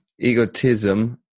egotism